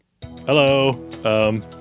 hello